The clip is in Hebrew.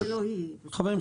חברים,